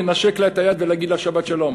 לנשק לה את היד ולהגיד לה שבת שלום.